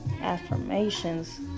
affirmations